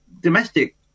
domestic